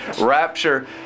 rapture